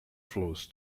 flows